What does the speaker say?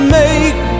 make